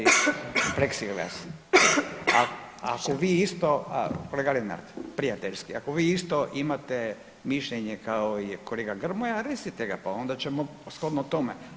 A ako vi isto, kolega Lenart prijateljski, ako vi isto imate mišljenje kao i kolega Grmoja recite ga, pa onda ćemo shodno tome.